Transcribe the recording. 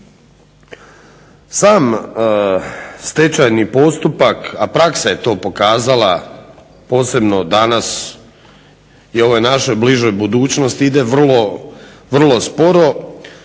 Sam stečajni postupak, a praksa je to pokazala posebno danas u ovoj našoj bližoj budućnosti ide vrlo sporo,